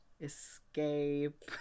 Escape